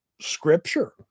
Scripture